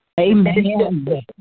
Amen